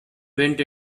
went